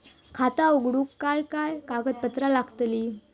खाता उघडूक काय काय कागदपत्रा लागतली?